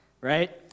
right